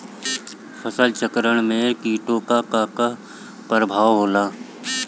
फसल चक्रण में कीटो का का परभाव होला?